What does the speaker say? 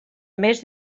més